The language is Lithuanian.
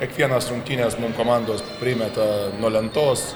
kiekvienas rungtynes mum komandos primeta nuo lentos